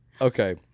Okay